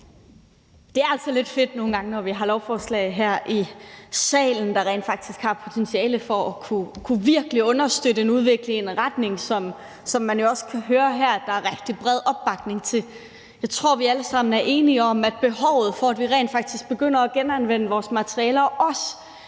Det er altså nogle gange lidt fedt, når vi har lovforslag til behandling her i salen, der rent faktisk har potentiale til virkelig at kunne understøtte en virkning i en retning, som man jo også kan høre her at der er rigtig bred opbakning til. Jeg tror, vi alle sammen er enige om, at behovet for, at vi rent faktisk begynder at genanvende vores materialer, også